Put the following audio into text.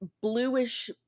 bluish